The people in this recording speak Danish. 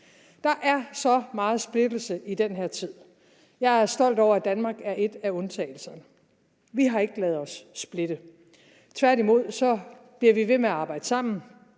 Der er så meget splittelse i den her tid. Jeg er stolt over, at Danmark er en af undtagelserne: Vi har ikke ladet os splitte. Tværtimod bliver vi ved med at arbejde sammen.